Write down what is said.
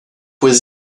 was